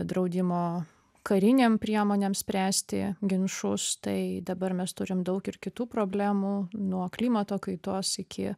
draudimo karinėm priemonėm spręsti ginčus tai dabar mes turim daug ir kitų problemų nuo klimato kaitos iki